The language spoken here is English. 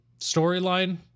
storyline